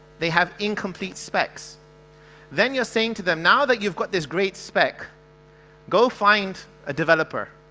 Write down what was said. they have incomplete specs then you're saying to them now that you've got this great spec go find a developer.